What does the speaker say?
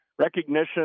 Recognition